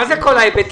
מה זה כל ההיבטים?